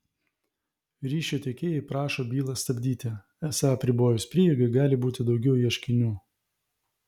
ryšio tiekėjai prašo bylą stabdyti esą apribojus prieigą gali būti daugiau ieškinių